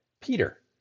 Peter